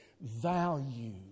value